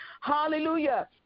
hallelujah